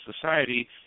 society